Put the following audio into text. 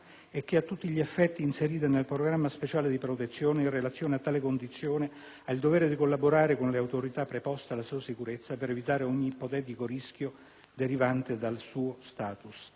è a tutti gli effetti inserito nel programma speciale di protezione e, in relazione a tale condizione, ha il dovere di collaborare con le autorità preposte alla sua sicurezza, per evitare ogni ipotetico rischio derivante dal suo *status*»;